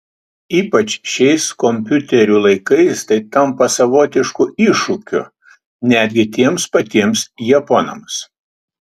ypač šiais kompiuterių laikais tai tampa savotišku iššūkiu netgi tiems patiems japonams